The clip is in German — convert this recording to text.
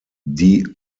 die